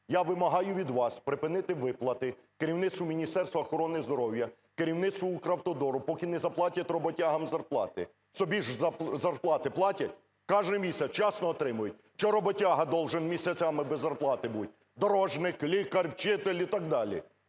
Я вимагаю від вас припинити виплати керівництву Міністерства охорони здоров'я, керівництву "Укравтодору", поки не заплатять роботягам зарплати. Собі ж зарплати платять? Кожен місяць вчасно отримують?! Чого роботягадолжен місяцами без зарплати бути? Дорожник, лікар, вчитель і так далі.